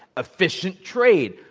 efficient trade,